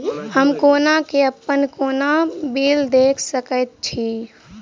हम कोना कऽ अप्पन कोनो बिल देख सकैत छी?